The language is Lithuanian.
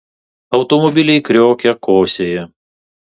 automobiliai kriokia kosėja